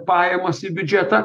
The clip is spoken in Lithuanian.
pajamas į biudžetą